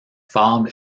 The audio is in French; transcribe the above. fable